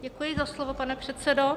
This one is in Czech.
Děkuji za slovo, pane předsedo.